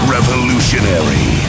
Revolutionary